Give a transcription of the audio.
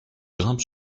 grimpent